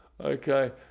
Okay